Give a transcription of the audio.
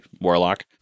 Warlock